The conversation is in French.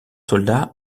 soldats